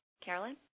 Carolyn